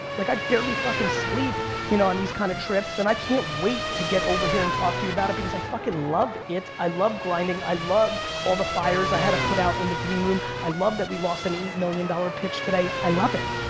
like i barely fucking sleep you know on these kinda kind of trips, and i can't wait to get over here and talk to you about it because i fucking love it. i love grinding, i love all the fires i had to put out in the greenroom, i love that we lost an eight million dollars pitch today. i love it,